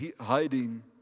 hiding